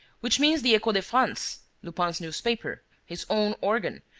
which means the echo de france, lupin's newspaper, his own organ,